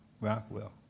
Rockwell